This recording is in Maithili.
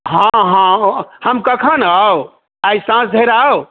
हँ हँ हम कखन आउ आइ साँझ धरि आउ